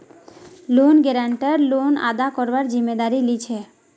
loan guarantor loan अदा करवार जिम्मेदारी लीछे